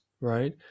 right